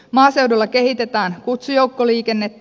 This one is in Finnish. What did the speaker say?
maaseudulla kehitetään kutsujoukkoliikennettä